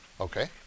Okay